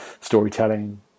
storytelling